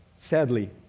sadly